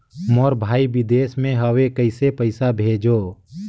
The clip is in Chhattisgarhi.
मोर भाई विदेश मे हवे कइसे पईसा भेजो?